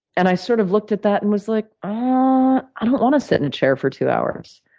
and i sort of looked at that and was, like, ah um i don't wanna sit in a chair for two hours.